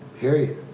Period